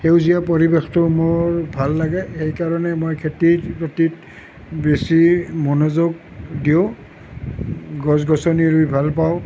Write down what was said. সেউজীয়া পৰিৱেশটো মোৰ ভাল লাগে সেইকাৰণে মই খেতি বাতিত বেছি মনোযোগ দিওঁ গছ গছনি ৰুই ভাল পাওঁ